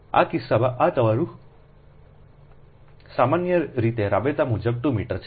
આ કિસ્સામાં આ તમારું સામાન્ય રીતે રાબેતા મુજબ 2 મીટર છે